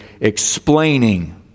explaining